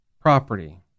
property